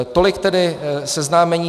Tolik tedy seznámení.